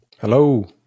Hello